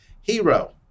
Hero